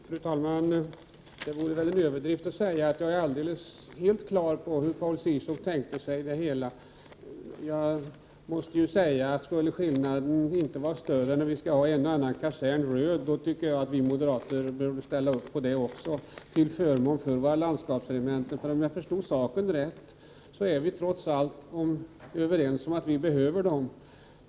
Fru talman! Det vore väl en överdrift att säga att jag är helt klar på hur Paul Ciszuk tänker sig det hela. Skulle skillnaden inte vara större än att miljöpartiet vill ha en och annan kasern röd, tycker jag att vi moderater bör ställa upp på det också, till förmån för våra landskapsregementen. Om jag förstod saken rätt, är vi trots allt överens om att de behövs.